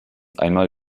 einmal